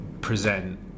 present